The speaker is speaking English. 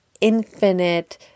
infinite